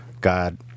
god